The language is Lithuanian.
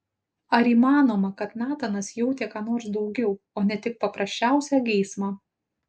ar įmanoma kad natanas jautė ką nors daugiau o ne tik paprasčiausią geismą